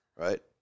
right